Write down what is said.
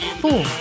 four